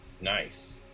Nice